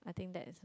I think